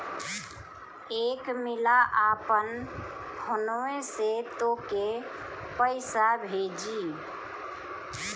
एक मिला आपन फोन्वे से तोके पइसा भेजी